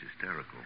hysterical